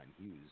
Hughes